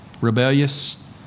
rebellious